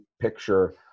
picture